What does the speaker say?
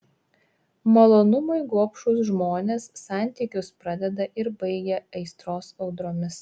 malonumui gobšūs žmonės santykius pradeda ir baigia aistros audromis